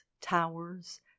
towers